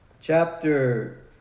chapter